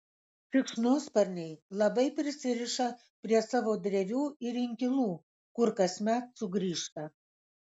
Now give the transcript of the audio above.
šikšnosparniai labai prisiriša prie savo drevių ir inkilų kur kasmet sugrįžta